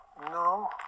no